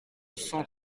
cent